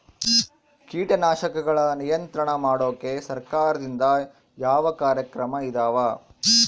ಕೇಟನಾಶಕಗಳ ನಿಯಂತ್ರಣ ಮಾಡೋಕೆ ಸರಕಾರದಿಂದ ಯಾವ ಕಾರ್ಯಕ್ರಮ ಇದಾವ?